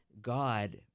God